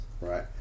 Right